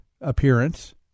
appearance